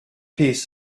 piece